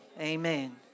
Amen